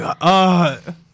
god